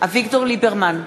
אביגדור ליברמן,